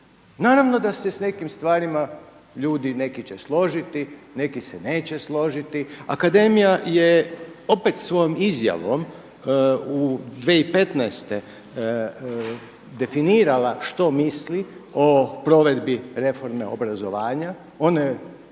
Naravno da se s nekim stvarima, ljudi neki će složiti, neki se neće složiti. Akademija je opet svojom izjavom u 2015. definirala što misli o provedbi Reforme obrazovanja, ona